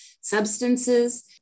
substances